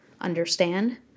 understand